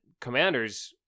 Commanders